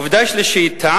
עובדה שלישית,